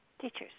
Teachers